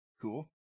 Cool